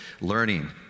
learning